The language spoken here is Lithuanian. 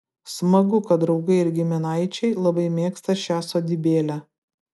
smagu kad draugai ir giminaičiai labai mėgsta šią sodybėlę